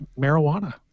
marijuana